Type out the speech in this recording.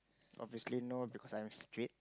obviously no the because I'm straight